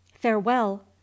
farewell